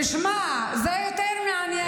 תשמע, זה יותר מעניין שם.